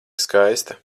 skaista